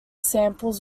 samples